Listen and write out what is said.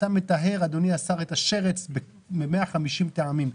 אתה מטהר אדוני השר את השרץ ב-150 טעמים.